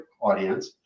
audience